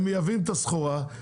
הם מייבאים את הסחורה,